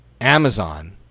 Amazon